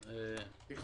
על זה אני חותם.